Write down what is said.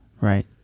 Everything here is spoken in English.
Right